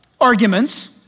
arguments